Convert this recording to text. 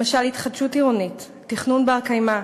למשל: התחדשות עירונית, תכנון בר-קיימא,